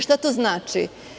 Šta to znači?